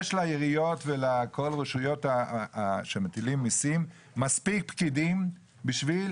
יש לעיריות ולכל הרשויות שמטילות מיסים מספיק פקידים בשביל